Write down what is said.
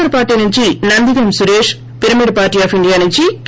are party స్టిప్టి Nandigam Suresh pyramid party of India నుంచి కే